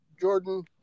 jordan